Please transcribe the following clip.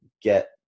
get